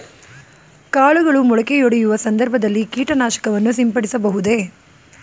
ಕಾಳುಗಳು ಮೊಳಕೆಯೊಡೆಯುವ ಸಂದರ್ಭದಲ್ಲಿ ಕೀಟನಾಶಕವನ್ನು ಸಿಂಪಡಿಸಬಹುದೇ?